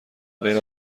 غیر